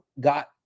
got